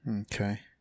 okay